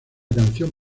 canción